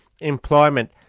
employment